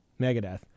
Megadeth